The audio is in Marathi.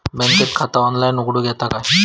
बँकेत खाता ऑनलाइन उघडूक येता काय?